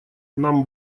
нам